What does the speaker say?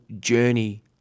journey